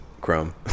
Chrome